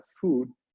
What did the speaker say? food